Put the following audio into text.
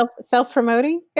self-promoting